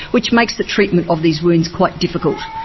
which makes the treatment of these wounds quite difficult.